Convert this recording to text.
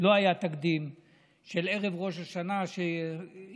לא היה תקדים של ערב ראש השנה שיהיו